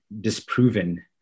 disproven